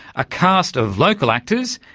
a cast of local actors,